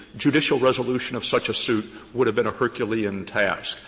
judicial resolution of such a suit would have been a herculean task.